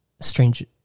strange